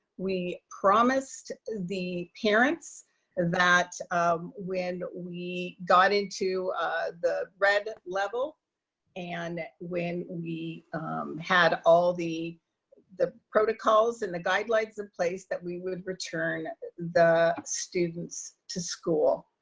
we promised the parents that when we got into the red level and when we had all the the protocols and the guidelines in place that we would return the students to school.